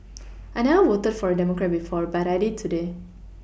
I never voted for a Democrat before but I did today